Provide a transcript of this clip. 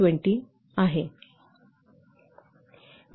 20 आहे